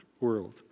world